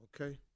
okay